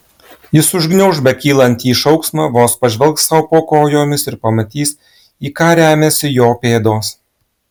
jis užgniauš bekylantį šauksmą vos pažvelgs sau po kojomis ir pamatys į ką remiasi jo pėdos